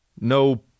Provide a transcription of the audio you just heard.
No